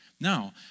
Now